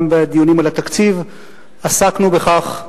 גם בדיונים על התקציב עסקנו בכך.